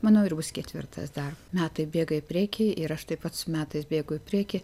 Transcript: manau ir bus ketvirtas dar metai bėga į priekį ir aš taip pat su metais bėgu į priekį